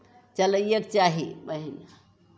चलैएके चाही बहीन